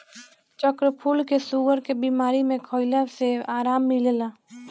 चक्रफूल के शुगर के बीमारी में खइला से आराम मिलेला